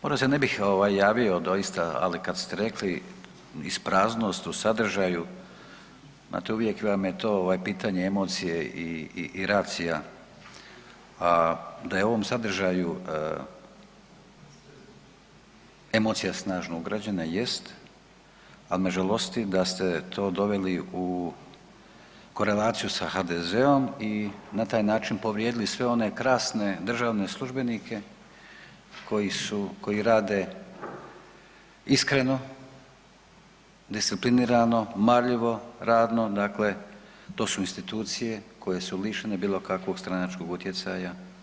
Možda se ne bih ovaj javio doista, ali kad ste rekli ispraznost u sadržaju znate uvijek vam je to ovaj pitanje emocije i racija, a da je u ovom sadržaju emocija snažno ugrađena, jest, ali me žalosti da ste to doveli u korelaciju sa HDZ-om i na taj način povrijedili sve one krasne državne službenike koji su, koji rade iskreno, disciplinirano, marljivo, radno dakle to su institucije koje su lišene bilo kakvog stranačkog utjecaja.